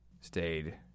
stayed